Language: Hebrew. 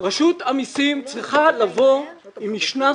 רשות המסים צריכה לבוא עם משנה סדורה.